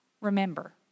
remember